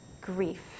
grief